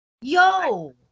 Yo